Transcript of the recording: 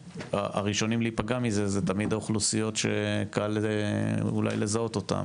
והראשונים להיפגע מזה זה תמיד האוכלוסיות שקל לזהות אותן,